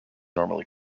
normally